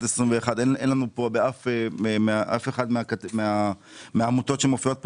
2021. באף אחת מהעמותות שמופיעות כאן,